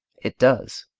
it does.